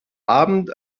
abend